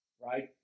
right